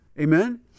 Amen